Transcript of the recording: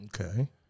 Okay